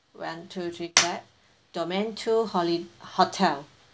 one two three clap domain two holi~ hotel